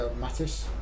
mattis